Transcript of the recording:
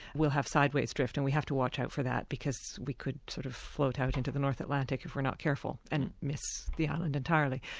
we'll have sideways drift, and we have to watch out for that because we could sort of float out into the north atlantic if we're not careful. and miss the island entirely.